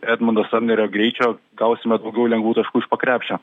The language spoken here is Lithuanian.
edmundo samnerio greičio gausime daugiau lengvų taškų iš po krepšio